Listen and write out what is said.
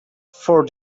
for